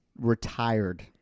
retired